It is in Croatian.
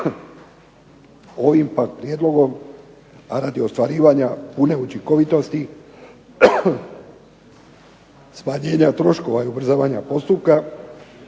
pak prijedlogom, a radi ostvarivanja pune učinkovitosti, smanjenja troškova i ubrzavanja postupka